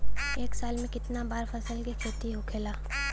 एक साल में कितना बार फसल के खेती होखेला?